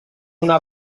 una